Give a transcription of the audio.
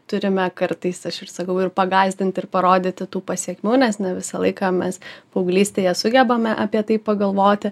turime kartais aš ir sakau ir pagąsdinti ir parodyti tų pasekmių nes ne visą laiką mes paauglystėje sugebame apie tai pagalvoti